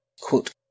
quote